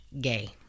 gay